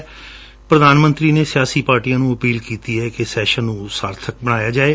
ਪ੍ਰਧਾਨ ਮੰਤਰੀ ਨੇ ਸਿਆਸੀ ਪਾਰਟੀਆਂ ਨੂੰ ਕਿਹੈ ਕਿ ਇਸ ਸੈਸ਼ਨ ਨੂੰ ਸਾਰਬਕ ਬਣਾਇਆ ਜਾਵੇ